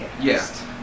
Yes